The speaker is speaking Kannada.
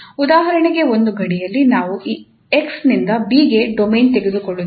ಉದಾಹರಣೆಗೆ ಒಂದು ಗಡಿಯಲ್ಲಿ ನಾವು ಈ 𝑥 ನಿಂದ 𝑏 ಗೆ ಡೊಮೇನ್ ತೆಗೆದುಕೊಳ್ಳುತ್ತಿದ್ದರೆ